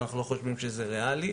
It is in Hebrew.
אבל אנחנו לא חושבים שזה ריאלי.